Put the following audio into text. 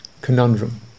conundrum